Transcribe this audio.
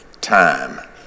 time